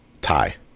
tie